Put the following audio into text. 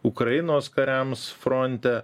ukrainos kariams fronte